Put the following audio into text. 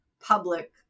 public